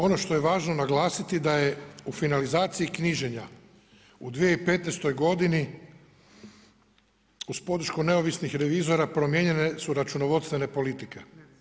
Ono što je važno naglasiti da je u finalizaciji knjiženja u 2015. godini uz podršku neovisnih revizora, promijenjene su računovodstvene politike.